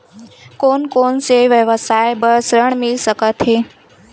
कोन कोन से व्यवसाय बर ऋण मिल सकथे?